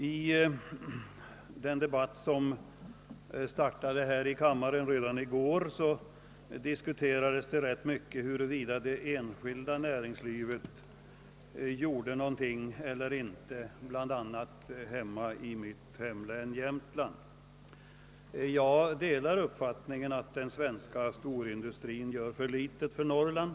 I den debatt som startade här i kammaren redan i går diskuterades ganska ingående huruvida det enskilda näringslivet gjort några insatser eller inte, bl.a. i mitt hemlän Jämtland. Jag delar uppfattningen att den svenska storindustrin gör för litet för Norrland.